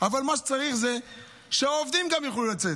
אבל מה שצריך זה שהעובדים גם יוכלו לצאת.